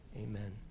Amen